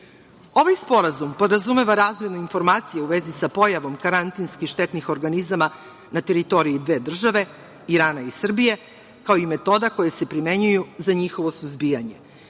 sporazum podrazumeva razmenu informacija u vezi sa pojavom karantinski štetnih organizama na teritoriji dve države, Irana i Srbije, kao i metoda koji se primenjuju za njihovo suzbijanje.